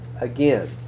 again